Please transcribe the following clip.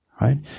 right